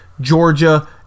Georgia